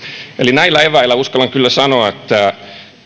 näillä eväillä uskallan kyllä sanoa että